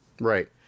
Right